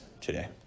today